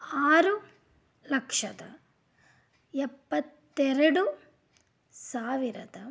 ಆರು ಲಕ್ಷದ ಎಪ್ಪತ್ತೆರಡು ಸಾವಿರದ